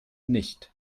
nicht